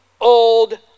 old